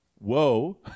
whoa